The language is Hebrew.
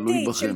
תלוי בכם.